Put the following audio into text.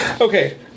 Okay